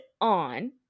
On